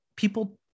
people